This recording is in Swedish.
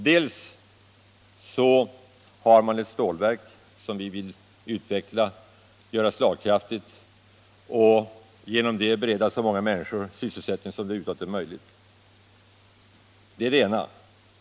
Det ena är att vi har ett stålverk som vi vill utveckla och göra slagkraftigt för att genom det bereda så många människor sysselsättning som det över huvud taget är möjligt.